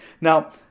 Now